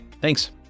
Thanks